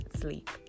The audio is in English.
sleep